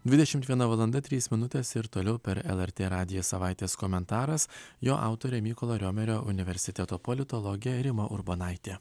dvidešimt viena valanda trys minutės ir toliau per lrt radiją savaitės komentaras jo autorė mykolo riomerio universiteto politologė rima urbonaitė